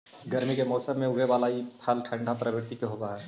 गर्मी के मौसम में उगे बला ई फल ठंढा प्रवृत्ति के होब हई